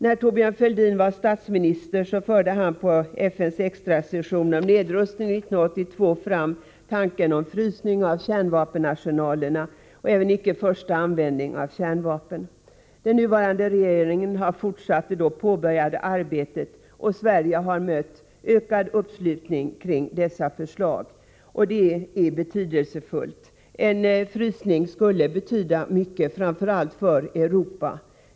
När Thorbjörn Fälldin var statsminister förde han på FN:s extra session om nedrustning 1982 fram tanken på en frysning av kärnvapenarsenalerna och även på icke-förstaanvändning av kärnvapen. Den nuvarande regeringen har fortsatt det då påbörjade arbetet, och Sverige har mött ökad uppslutning kring dessa förslag. Det är betydelsefullt. En frysning skulle betyda mycket, framför allt för Europa.